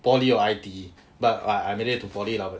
poly or I_T_E but I made it to poly lah